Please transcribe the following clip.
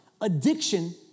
Addiction